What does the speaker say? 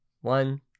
One